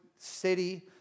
city